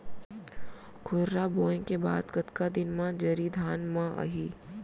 खुर्रा बोए के बाद कतका दिन म जरी धान म आही?